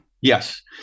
Yes